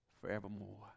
forevermore